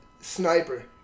sniper